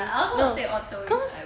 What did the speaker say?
I also take auto you know